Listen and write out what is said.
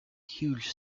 huge